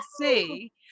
see